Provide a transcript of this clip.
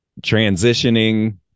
transitioning